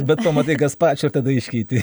bet pamatai gaspačio ir tada iškeiti